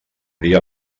dia